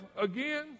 again